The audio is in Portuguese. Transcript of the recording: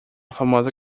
famosa